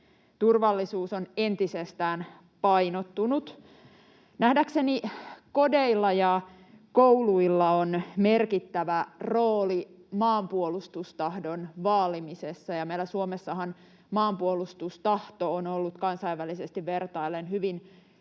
Turvallisuus on entisestään painottunut. Nähdäkseni kodeilla ja kouluilla on merkittävä rooli maanpuolustustahdon vaalimisessa. Meillä Suomessahan maanpuolustustahto on ollut kansainvälisesti vertaillen hyvin